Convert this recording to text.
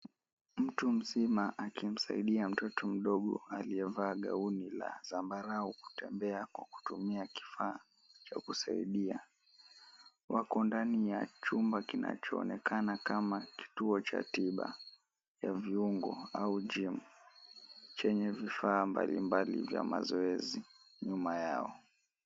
Mtu mzima akimsaidia mtoto mdogo aliyevaa gauni la zambarau kutembea kwa kutumia kifaa cha kusaidia. Wako ndani ya chumba kinachoonekana kama kituo cha tiba ya viungo au jimu chenye vifaa mbalimbali vya mazoezi nyuma yao.